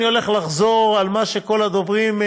אני הולך לחזור על מה שכל הדוברים,